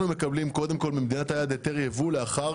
אנחנו מקבלים ממדינת היעד היתר יבוא לאחר